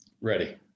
Ready